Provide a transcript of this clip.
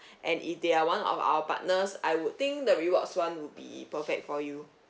and if they are one of our partners I would think the rewards [one] would be perfect for you